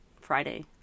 Friday